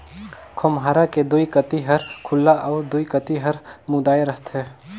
खोम्हरा के दुई कती हर खुल्ला अउ दुई कती हर मुदाए रहथे